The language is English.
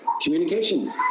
communication